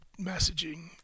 messaging